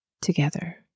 together